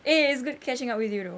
eh it's good catching up with you though